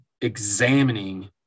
examining